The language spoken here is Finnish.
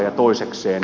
ja toisekseen